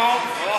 נו?